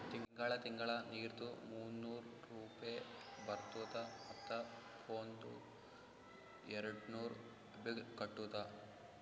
ತಿಂಗಳ ತಿಂಗಳಾ ನೀರ್ದು ಮೂನ್ನೂರ್ ರೂಪೆ ಬರ್ತುದ ಮತ್ತ ಫೋನ್ದು ಏರ್ಡ್ನೂರ್ ಬಿಲ್ ಕಟ್ಟುದ